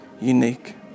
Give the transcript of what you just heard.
unique